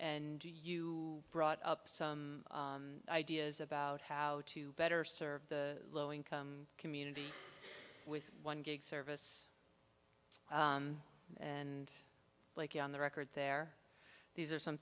and you you brought up some ideas about how to better serve the low income community with one gig service and like you're on the record there these are some